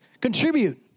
Contribute